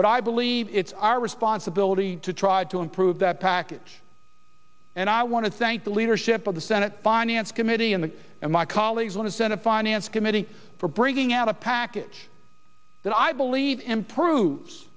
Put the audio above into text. but i believe it's our responsibility to try to improve that package and i want to thank the leadership of the senate finance committee and the and my colleagues on the senate finance committee for bringing out a package that i believe improves